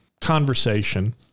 conversation